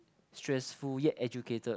stressful yet educated